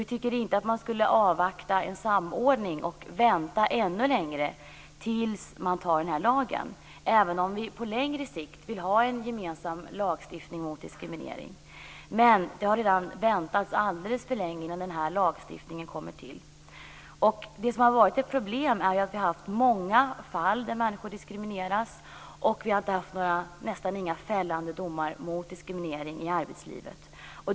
Vi tycker inte att det är nödvändigt att avvakta en samordning och vänta ännu längre tills lagen antas. Även om vi på längre sikt vill ha en gemensam lagstiftning mot diskriminering har det dröjt alldeles för länge innan denna lagstiftning har skapats. Ett problem har varit att det har funnits många fall av diskriminering och det har inte blivit några fällande domar mot diskriminering i arbetslivet.